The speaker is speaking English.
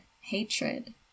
hatred